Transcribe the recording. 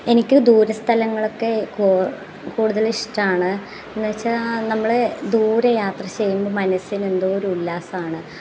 എനിക്ക് ദൂരസ്ഥലങ്ങളൊക്കെ കൂ കൂടുതൽ ഇഷ്ടമാണ് എന്ന് വെച്ചാൽ നമ്മൾ ദൂരെ യാത്ര ചെയ്യുമ്പോൾ മനസ്സിന് എന്തോ ഒരു ഉല്ലാസമാണ്